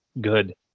good